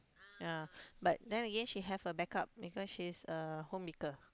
ya but then again she have a backup because she is a homemaker